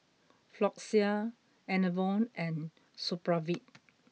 Floxia Enervon and Supravit